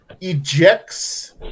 ejects